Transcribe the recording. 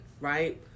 right